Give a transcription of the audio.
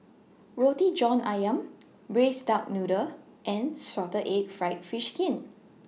Roti John Ayam Braised Duck Noodle and Salted Egg Fried Fish Skin